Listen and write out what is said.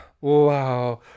Wow